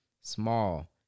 small